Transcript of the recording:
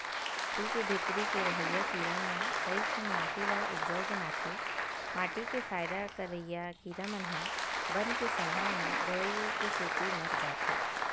माटी के भीतरी के रहइया कीरा म कइठन माटी ल उपजउ बनाथे माटी के फायदा करइया कीरा मन ह बन के संघरा म दवई के सेती मर जाथे